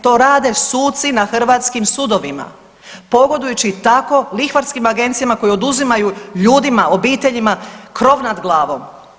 To rade suci na hrvatskim sudovima pogodujući tako lihvarskim agencijama koje oduzimaju ljudima, obiteljima krov nad glavom.